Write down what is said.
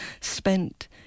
spent